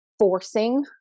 forcing